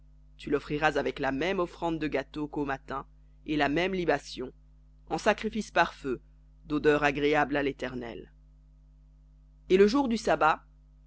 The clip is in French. tu l'offriras avec la même offrande de gâteau qu'au matin et la même libation en sacrifice par feu d'odeur agréable à léternel et le jour du sabbat